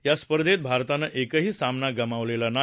या स्पर्धेत भारतानं एकही सामना गमावलेला नाही